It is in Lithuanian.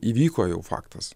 įvyko jau faktas